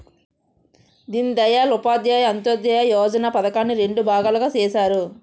దీన్ దయాల్ ఉపాధ్యాయ అంత్యోదయ యోజన పధకాన్ని రెండు భాగాలుగా చేసారు